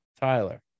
Tyler